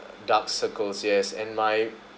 dark circles yes and my